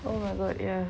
oh my god ya